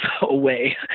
away